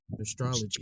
astrology